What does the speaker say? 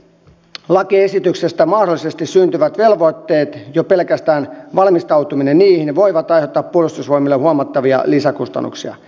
lakiesityksestä mahdollisesti syntyvät velvoitteet jo pelkästään valmistautuminen niihin voivat aiheuttaa puolustusvoimille huomattavia lisäkustannuksia